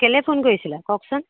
কেলে ফোন কৰিছিলে কওকচোন